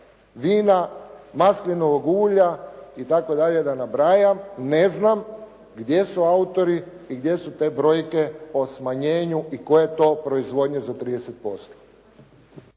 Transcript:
vina, maslinovog ulja itd., da nabrajam, ne znam gdje su autori i gdje su te brojke po smanjenju i tko je to proizvodnje za 30%.